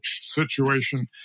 situation